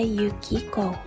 Yukiko